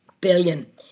billion